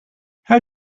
how